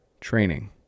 training